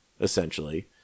essentially